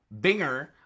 Binger